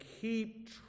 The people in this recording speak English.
keep